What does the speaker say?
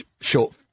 short